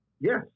Yes